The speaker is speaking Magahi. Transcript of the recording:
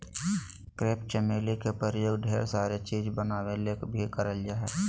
क्रेप चमेली के उपयोग ढेर सारा चीज़ बनावे ले भी करल जा हय